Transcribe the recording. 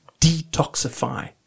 detoxify